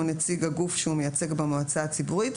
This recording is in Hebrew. נציג הגוף שהוא מייצג במועצה הציבורית,